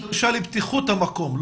יש דרישה לבטיחות המקום.